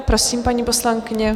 Prosím, paní poslankyně.